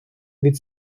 від